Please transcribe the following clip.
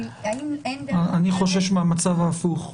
אני חושש מהמצב ההפוך.